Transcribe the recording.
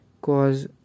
cause